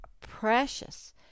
precious